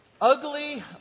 ugly